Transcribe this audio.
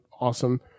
awesome